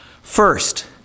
First